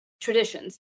traditions